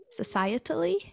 Societally